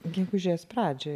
gegužės pradžioje